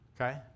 Okay